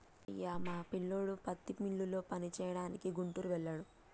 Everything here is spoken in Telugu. అయ్యో మా పిల్లోడు పత్తి మిల్లులో పనిచేయడానికి గుంటూరు వెళ్ళాడు